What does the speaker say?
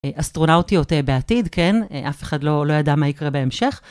אסטרונאוטיות בעתיד, כן, אף אחד לא ידע מה יקרה בהמשך.